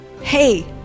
Hey